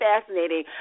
fascinating